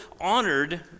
honored